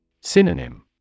Synonym